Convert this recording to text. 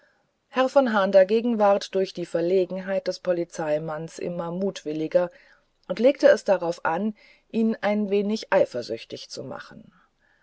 herr von hahn dagegen ward durch die verlegenheit des polizeimanns immer mutwilliger und legte es darauf an ihn ein wenig eifersüchtig zu machen